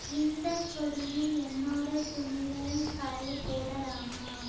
இந்த கொடியில் என்னோட துணியை காய போடலாமா